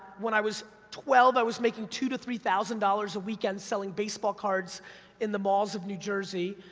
when i was twelve, i was making two to three thousand dollars a weekend, selling baseball cards in the malls of new jersey,